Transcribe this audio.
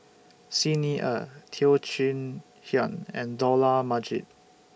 Xi Ni Er Teo Chee Hean and Dollah Majid